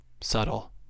Subtle